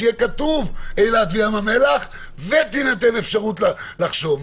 שיהיה כתוב אילת וים המלח ותינתן אפשרות לחשוב,